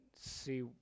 see